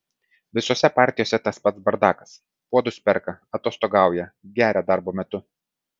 visose partijose tas pats bardakas puodus perka atostogauja geria darbo metu